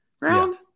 round